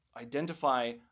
identify